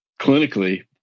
clinically